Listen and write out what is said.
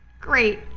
Great